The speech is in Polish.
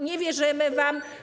Nie wierzymy wam.